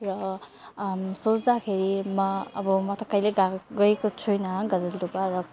र सोच्दाखेरि म अब म त कहिल्यै गएको गएको छुइनँ गजलडुब्बा र